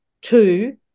Two